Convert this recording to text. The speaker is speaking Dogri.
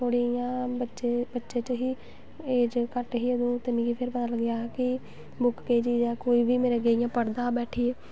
थोह्ड़ी इ'यां बच्चे च ही एज़ घट्ट ही अदूं ते फिर मिगी पता लग्गेआ कि बुक्क केह् चीज़ ऐ कोई बी इ'यां मेरे अग्गें पढ़दा हा बैठियै